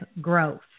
growth